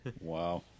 Wow